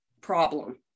problem